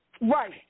right